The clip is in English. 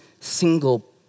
single